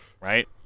right